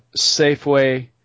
safeway